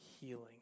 healing